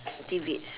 tidbits